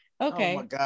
Okay